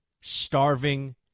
starving